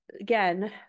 Again